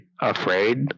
afraid